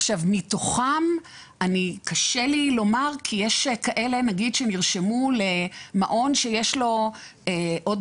מתוכם קשה לי לומר כי יש כאלה נגיד שנרשמו למעון שיש לו עוד